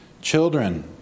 Children